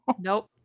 Nope